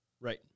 Right